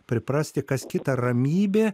priprasti kas kita ramybė